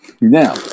now